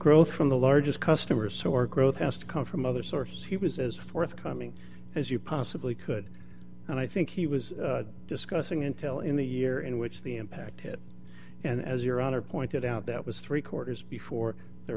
growth from the largest customer sort of growth has to come from other sources he was as forthcoming as you possibly could and i think he was discussing intel in the year in which the impact it and as your honor pointed out that was three quarters before there